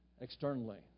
Externally